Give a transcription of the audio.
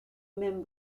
même